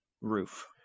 roof